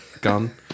gun